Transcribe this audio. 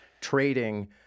trading